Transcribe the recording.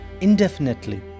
indefinitely